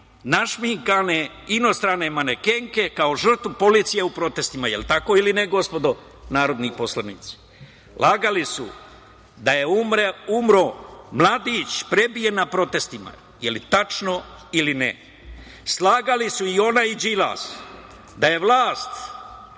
našminkane inostrane manekenke kao žrtvu policije u protestima. Da li je tako ili ne, gospodo narodni poslanici? Lagali su da je umro mladić prebijen na protestima. Da li je tačno ili ne? Slagali su i ona i Đilas da je vlast